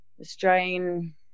Australian